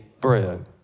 bread